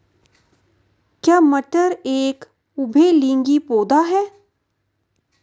क्या मटर एक उभयलिंगी पौधा है?